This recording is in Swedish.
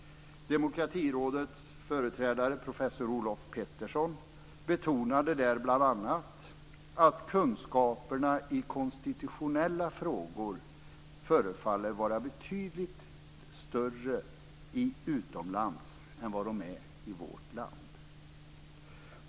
Demokratirådets företrädare professor Olof Petersson betonade då bl.a. att kunskaperna i konstitutionella frågor förefaller vara betydligt större utomlands än vad de är i vårt land.